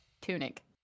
tunic